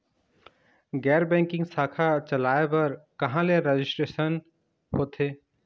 गैर बैंकिंग शाखा चलाए बर कहां ले रजिस्ट्रेशन होथे?